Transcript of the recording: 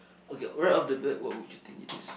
okay right off the bat what would you think it is